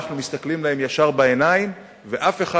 אנחנו מסתכלים להם ישר בעיניים ואף אחד